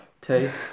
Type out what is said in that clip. Taste